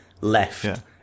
left